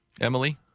Emily